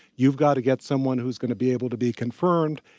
you've gotta get someone who's gonna be able to be confirmed.